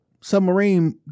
submarine